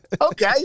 okay